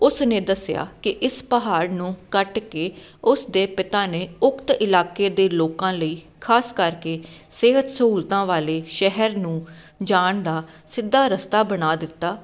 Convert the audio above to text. ਉਸ ਨੇ ਦੱਸਿਆ ਕਿ ਇਸ ਪਹਾੜ ਨੂੰ ਕੱਟ ਕੇ ਉਸ ਦੇ ਪਿਤਾ ਨੇ ਉਕਤ ਇਲਾਕੇ ਦੇ ਲੋਕਾਂ ਲਈ ਖਾਸ ਕਰਕੇ ਸਿਹਤ ਸਹੂਲਤਾਂ ਵਾਲੇ ਸ਼ਹਿਰ ਨੂੰ ਜਾਣ ਦਾ ਸਿੱਧਾ ਰਸਤਾ ਬਣਾ ਦਿੱਤਾ